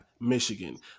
Michigan